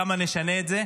כמה נשנה את זה,